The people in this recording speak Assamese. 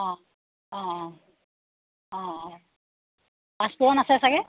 অঁ অঁ অ অঁ অঁ পাচফোৰণ আছে চাগৈ